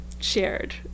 shared